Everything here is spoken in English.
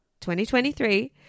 2023